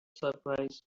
surprised